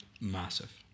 massive